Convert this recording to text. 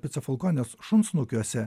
pica folkonės šunsnukiuose